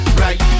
right